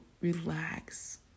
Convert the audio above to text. relax